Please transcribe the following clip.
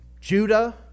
Judah